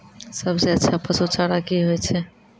सबसे अच्छा पसु चारा की होय छै?